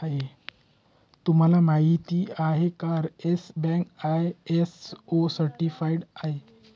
तुम्हाला माहिती आहे का, येस बँक आय.एस.ओ सर्टिफाइड आहे